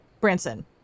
Branson